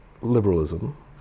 liberalism